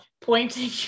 pointing